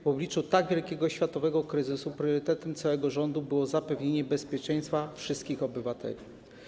W obliczu tak wielkiego światowego kryzysu priorytetem całego rządu było zapewnienie bezpieczeństwa wszystkim obywatelom.